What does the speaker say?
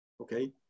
okay